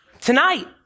tonight